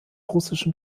russischen